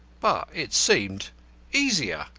but it seemed easier,